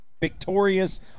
victorious